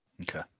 Okay